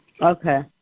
Okay